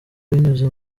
binyuze